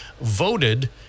voted